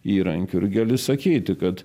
įrankių ir gali sakyti kad